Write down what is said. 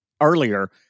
earlier